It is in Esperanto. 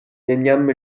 neniam